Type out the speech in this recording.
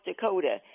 Dakota